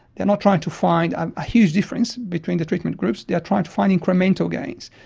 they are not trying to find a huge difference between the treatment groups they are trying to find incremental gains.